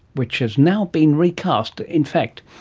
which has now been recast. in fact,